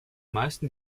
meisten